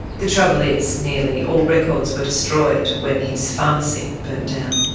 the trouble is nearly all records were destroyed when his pharmacy burnt down.